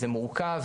זה מורכב,